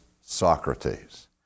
Socrates